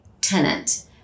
tenant